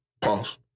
Pause